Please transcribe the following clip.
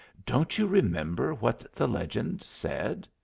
don't you remember what the legend said?